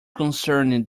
concerning